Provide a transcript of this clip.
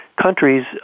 countries